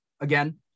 again